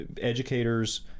Educators